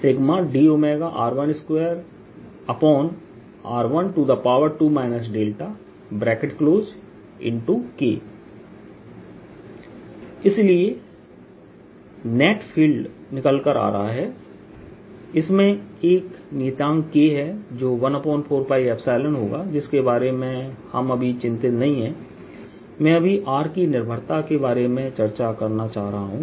इसलिए Eσdr22r22 δ σdr12r12 δk इसलिए net field निकल कर आ रहा है इसमें एक नियतांक k है जो 140 होगा जिसके बारे में हम अभी चिंतित नहीं हैं मैं अभी r की निर्भरता के बारे में चर्चा करना चाह रहा हूं